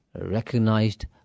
recognized